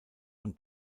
und